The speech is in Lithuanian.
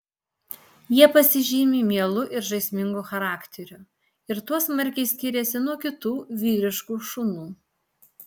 jie pasižymi mielu ir žaismingu charakteriu ir tuo smarkiai skiriasi nuo kitų vyriškų šunų